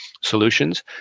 solutions